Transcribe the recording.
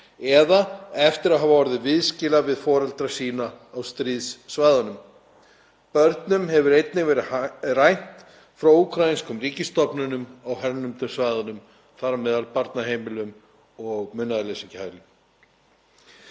eða eftir að hafa orðið viðskila við foreldra sína á stríðssvæðunum. Börnum hefur einnig verið rænt frá úkraínskum ríkisstofnunum á hernumdu svæðunum, þar á meðal barnaheimilum og munaðarleysingjahælum.